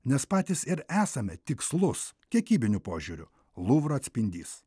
nes patys ir esame tikslus kiekybiniu požiūriu luvro atspindys